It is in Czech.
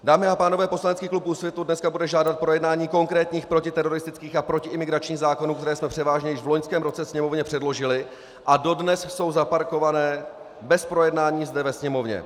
Dámy a pánové, poslanecký klub Úsvitu dneska bude žádat projednání konkrétních protiteroristických a protiimigračních zákonů, protože jsme je převážně již v loňském roce Sněmovně předložili, a dodnes jsou zaparkované bez projednání zde ve Sněmovně.